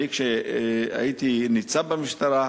כשהייתי ניצב במשטרה,